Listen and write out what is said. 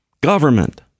Government